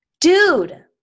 Dude